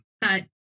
But-